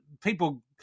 people